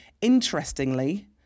Interestingly